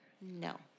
No